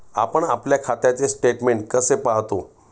आपण आपल्या खात्याचे स्टेटमेंट कसे पाहतो?